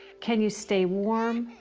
can you stay warm?